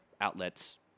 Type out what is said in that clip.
outlets